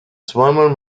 zweimal